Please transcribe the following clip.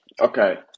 Okay